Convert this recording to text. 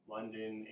London